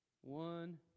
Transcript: One